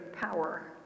power